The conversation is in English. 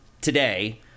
today